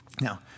Now